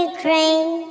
Ukraine